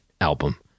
album